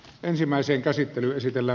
ensimmäisen käsittelyn esitellä